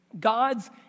God's